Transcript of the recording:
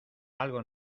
algo